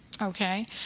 Okay